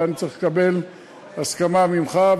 לזה אני צריך לקבל הסכמה ממך,